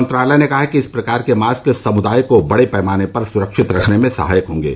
मंत्रालय ने कहा कि इस प्रकार के मास्क समुदाय को बड़े पैमाने पर सुरक्षित रखने में सहायक होंगे